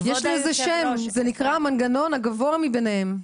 יש לזה שם, זה נקרא מנגנון הגבוה מביניהם.